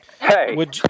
Hey